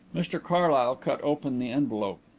mr carlyle cut open the envelope.